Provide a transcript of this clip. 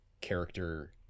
character